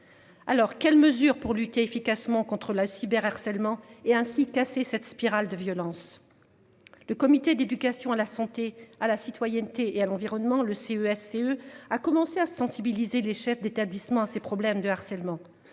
Alors, quelles mesures pour lutter efficacement contre la cyber harcèlement et ainsi casser cette spirale de violence. Le comité d'éducation à la santé à la citoyenneté et à l'environnement, le CES CE a commencé à sensibiliser les chefs d'établissement à ces problèmes de harcèlement.